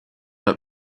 het